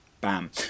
bam